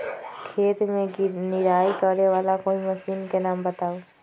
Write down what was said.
खेत मे निराई करे वाला कोई मशीन के नाम बताऊ?